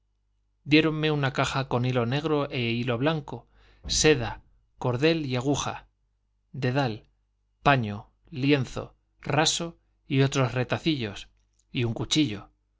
mundo diéronme una caja con hilo negro y hilo blanco seda cordel y aguja dedal paño lienzo raso y otros retacillos y un cuchillo